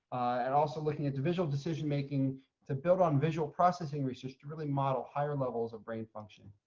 and also looking at the visual decision making to build on visual processing research to really model higher levels of brain function.